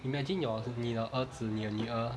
imagine your 你的儿子你的女儿